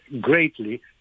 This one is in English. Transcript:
greatly